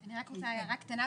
אני רוצה רק הערה קצרה,